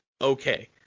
Okay